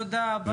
תודה רבה.